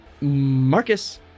Marcus